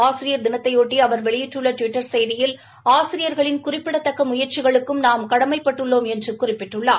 ஆசிரியர் தினத்தைபொட்டி வெளியிட்டுள்ள டுவிட்டர் செய்தியில் ஆசிரியர்களின் குறிப்பிடத்தக்க முயற்சிகளுக்கும் நாம் கடமைப்பட்டுள்ளோம் என்று குறிப்பிட்டுள்ளார்